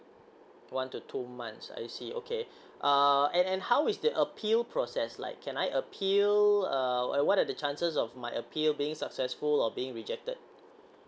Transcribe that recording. one to two months I see okay uh and and how is the appeal process like can I appeal err what are the chances of my appeal being successful or being rejected